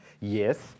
Yes